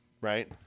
right